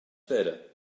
better